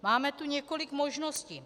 Máme tu několik možností.